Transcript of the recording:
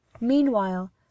meanwhile